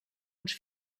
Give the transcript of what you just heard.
uns